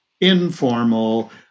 informal